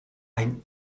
ein